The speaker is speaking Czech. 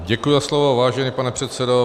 Děkuji za slovo, vážený pane předsedo.